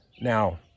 Now